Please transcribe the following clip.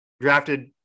drafted